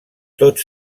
tots